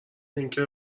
اینکه